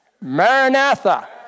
Maranatha